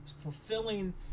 fulfilling